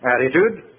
attitude